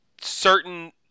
certain